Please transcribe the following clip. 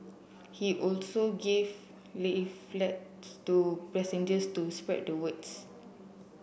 he also gave leaflets to passengers to spread the words